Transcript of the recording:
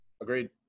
Agreed